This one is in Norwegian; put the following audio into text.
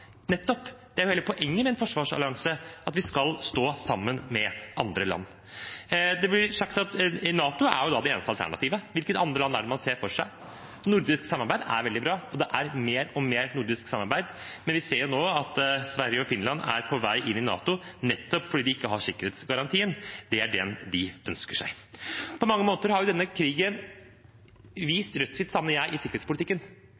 Nettopp! Det er jo hele poenget med en forsvarsallianse – at vi skal stå sammen med andre land. NATO er da det eneste alternativet. Hvilke andre land er det man ser for seg? Nordisk samarbeid er veldig bra, og det er mer og mer nordisk samarbeid, men vi ser jo nå at Sverige og Finland er på vei inn i NATO, nettopp fordi de ikke har sikkerhetsgarantien. Det er den de ønsker seg. På mange måter har denne